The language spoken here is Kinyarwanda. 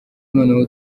noneho